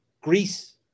Greece